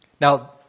Now